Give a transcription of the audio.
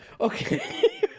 okay